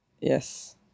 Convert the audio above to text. Yes